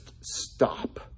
stop